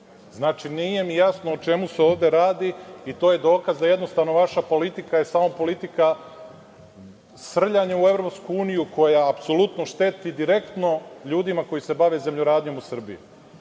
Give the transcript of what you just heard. Znači, nije mi jasno o čemu se ovde radi i to je dokaz da je vaša politika samo politika srljanja u EU, koja apsolutno šteti direktno ljudima koji se bave zemljoradnjom u Srbiji. Ne